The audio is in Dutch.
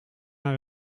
naar